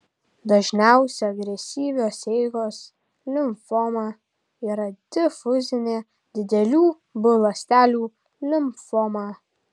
dažniausia agresyvios eigos limfoma yra difuzinė didelių b ląstelių limfoma